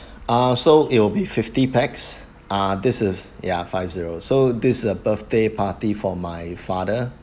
ah so it'll will be fifty pax ah this is ya five zero so this is a birthday party for my father